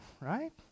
right